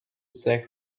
set